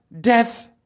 death